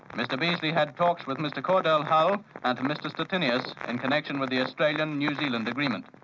mr beazley had talks with mr cordell hull and mr stettinius in connection with the australian-new zealand agreement.